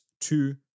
two